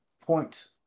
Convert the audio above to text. points